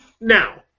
Now